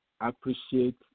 appreciate